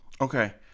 Okay